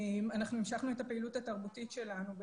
אנחנו המשכנו את הפעילות התרבותית שלנו.